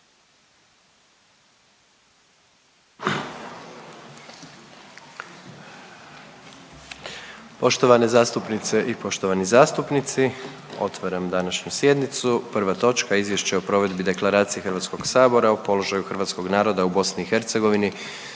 Poštovane zastupnice i poštovani zastupnici, otvaram današnju sjednicu. Prva točka: - Izvješće o provedbi Deklaracije Hrvatskoga sabora o položaju hrvatskog naroda u Bosni